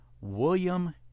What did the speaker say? William